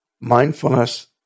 mindfulness